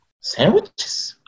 Sandwiches